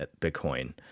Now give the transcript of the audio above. Bitcoin